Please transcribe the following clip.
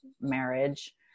marriage